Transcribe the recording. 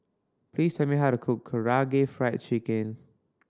please tell me how to cook Karaage Fried Chicken